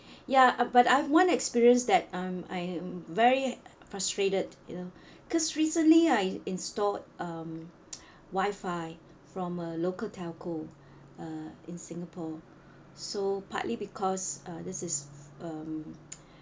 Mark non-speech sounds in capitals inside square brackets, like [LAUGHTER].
ya uh but I've one experience that um I am very frustrated you know cause recently I installed um [NOISE] wifi from a local telco uh in singapore so partly because uh this is um [NOISE]